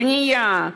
בנייה,